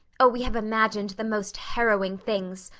oh, we have imagined the most harrowing things.